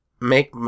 make